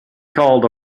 called